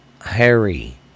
Harry